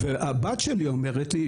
הבת שלי אומרת לי,